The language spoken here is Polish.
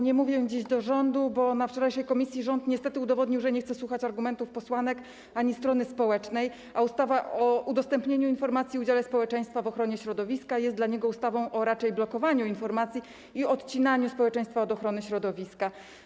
Nie mówię dziś do rządu, bo na wczorajszym posiedzeniu komisji rząd niestety udowodnił, że nie chce słuchać argumentów posłanek ani strony społecznej, a ustawa o udostępnianiu informacji i udziale społeczeństwa w ochronie środowiska jest dla niego raczej ustawą o blokowaniu informacji i odcinaniu społeczeństwa od ochrony środowiska.